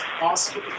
Awesome